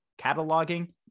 cataloging